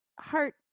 heart